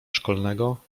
szkolnego